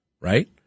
right